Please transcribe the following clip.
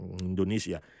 Indonesia